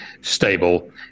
stable